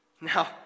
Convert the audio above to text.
Now